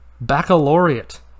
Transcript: Baccalaureate